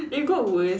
it got worse